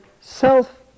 self-